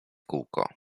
kółko